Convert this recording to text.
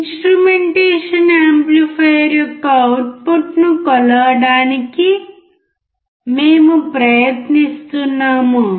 instrumentation amplifier యొక్క అవుట్పుట్ను కొలవడానికి మేము ప్రయత్నిస్తున్నాము